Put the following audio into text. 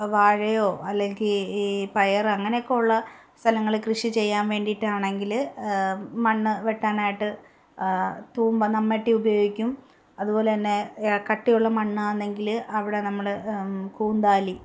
വാഴയോ അല്ലെങ്കിൽ ഈ പയറ് അങ്ങനെയൊക്കെ ഉള്ള സ്ഥലങ്ങൾ കൃഷി ചെയ്യാൻ വേണ്ടിയിട്ടാണെങ്കിൽ മണ്ണ് വെട്ടാനായിട്ട് തൂമ്പ മമ്മാട്ടി ഉപയോഗിക്കും അതുപോലെ തന്നെ കട്ടിയുള്ള മണ്ണാണെങ്കിൽ അവിടെ നമ്മൾ കൂന്താലി